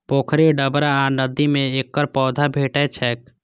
पोखरि, डबरा आ नदी मे एकर पौधा भेटै छैक